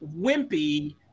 wimpy